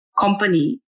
company